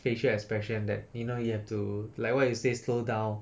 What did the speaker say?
facial expression that you know you have to like what you say slow down